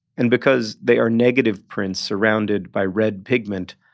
and because they are negative prints surrounded by red pigment,